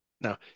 Now